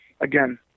again